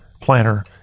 planner